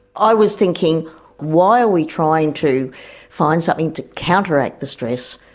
i was thinking why are we trying to find something to counteract the stress,